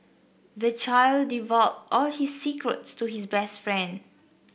the child divulged all his secrets to his best friend